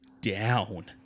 down